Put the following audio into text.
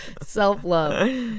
Self-love